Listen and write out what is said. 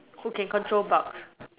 who can control Bugs